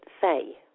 say